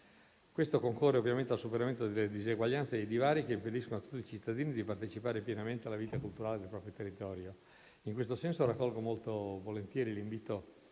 Questo concorre ovviamente al superamento delle diseguaglianze e dei divari che impediscono a tutti i cittadini di partecipare pienamente alla vita culturale del proprio territorio. In questo senso raccolgo molto volentieri l'invito